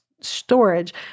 storage